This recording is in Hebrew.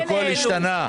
הכל השתנה.